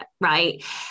right